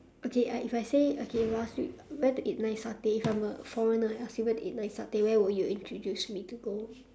okay I if I say okay last week where to eat nice satay if I'm a foreigner I ask you where to eat nice satay where would you introduce me to go